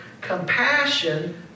compassion